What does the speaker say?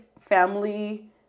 family